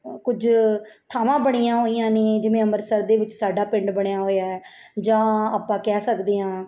ਕੁਝ ਥਾਵਾਂ ਬਣੀਆਂ ਹੋਈਆਂ ਨੇ ਜਿਵੇਂ ਅੰਮ੍ਰਿਤਸਰ ਦੇ ਵਿੱਚ ਸਾਡਾ ਪਿੰਡ ਬਣਿਆ ਹੋਇਆ ਜਾਂ ਆਪਾਂ ਕਹਿ ਸਕਦੇ ਹਾਂ